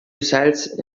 results